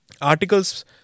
Articles